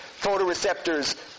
photoreceptors